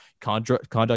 conduct